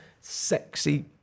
sexy